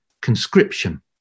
conscription